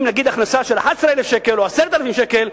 נגיד הכנסה של 11,000 שקל או 10,000 שקל,